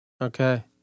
Okay